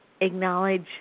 acknowledge